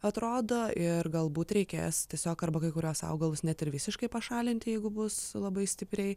atrodo ir galbūt reikės tiesiog arba kai kuriuos augalus net ir visiškai pašalinti jeigu bus labai stipriai